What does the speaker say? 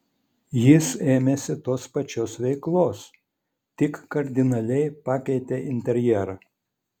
jis ėmėsi tos pačios veiklos tik kardinaliai pakeitė interjerą